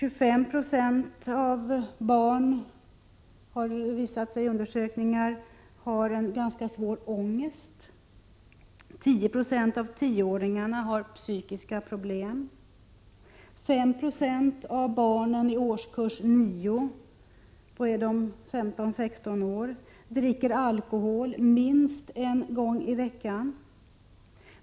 Det har visat sig vid undersökningar att 25 0 av barnen har ganska svår ångest. 10 20 av tioåringarna har psykiska problem. 5 96 av barnen i årskurs 9 — då är de 15-16 år — dricker alkohol minst en gång i veckan.